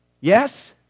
Yes